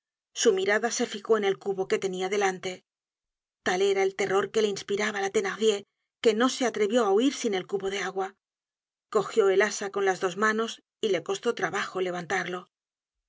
su mirada se fijó en el cubo que tenia delante tal era el terror que le inspiraba la thenardier que no se atrevió á huir sin el cubo de agua cogió el asa con las dos manos y le costó trabajo levantarlo